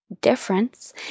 difference